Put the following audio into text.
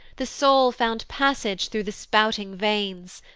the soul found passage through the spouting veins.